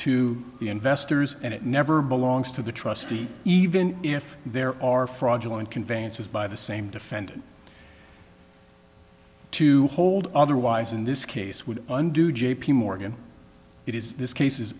the investors and it never belongs to the trustee even if there are fraudulent conveyances by the same defendant to hold otherwise in this case would undo j p morgan it is this case is